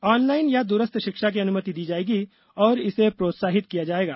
online या दूरस्थ शिक्षा की अनुमति दी जाएगी और इसे प्रोत्साहित किया जाएगा